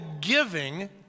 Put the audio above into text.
giving